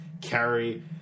carry